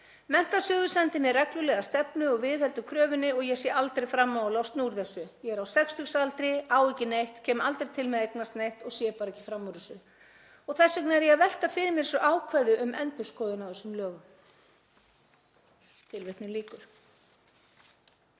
Menntasjóður sendir mér reglulega stefnu og viðheldur kröfunni og ég sé aldrei fram á að losna úr þessu. Ég er á sextugsaldri, á ekki neitt, kem aldrei til með að eignast neitt og sé bara ekki fram úr þessu og þess vegna er ég að velta fyrir mér þessu ákvæði um endurskoðun á þessum lögum. Þetta er